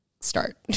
start